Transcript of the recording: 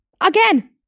Again